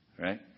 Right